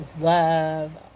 Love